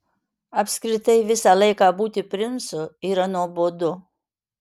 apskritai visą laiką būti princu yra nuobodu